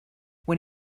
when